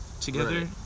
together